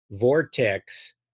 vortex